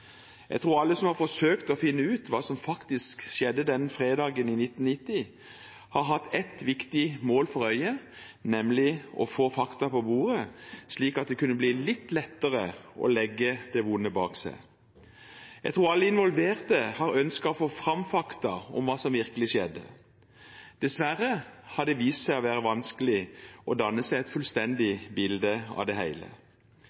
Jeg tror alle som har forsøkt å finne ut hva som skjedde den fredagen i 1990, har hatt ett viktig mål for øyet, nemlig å få fakta på bordet, slik at det kunne bli litt lettere å legge det vonde bak seg. Jeg tror alle involverte har ønsket å få fram fakta om hva som virkelig skjedde. Dessverre har det vist seg å være vanskelig å danne seg et